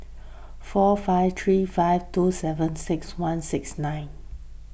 four five three five two seven six one six nine